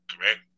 correct